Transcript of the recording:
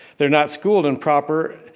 they're not schooled in proper,